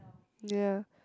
ya